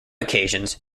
occasions